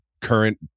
current